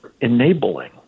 enabling